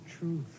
truth